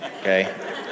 okay